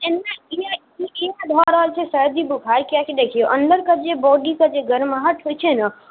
एहने इएह सब भऽ रहल छै सर्दी बोखार किएक कि देखियौ अन्दरके जे बॉडीके जे गरमाहट होइ छै ने